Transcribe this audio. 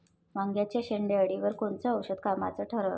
वांग्याच्या शेंडेअळीवर कोनचं औषध कामाचं ठरन?